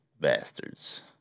Bastards